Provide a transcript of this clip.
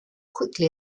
quickly